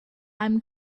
i’m